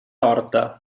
horta